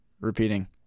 repeating